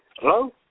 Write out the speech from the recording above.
Hello